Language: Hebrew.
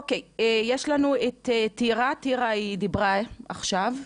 אוקיי, טירה דיברה עכשיו,